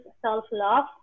self-love